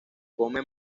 come